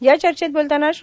या चर्चेत बोलताना श्री